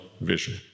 vision